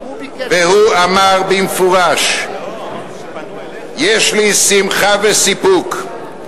והוא אמר במפורש: יש לי שמחה וסיפוק.